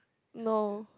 no